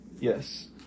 yes